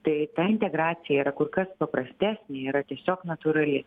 tai ta integracija yra kur kas paprastesnė yra tiesiog natūrali